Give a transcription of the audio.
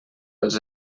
els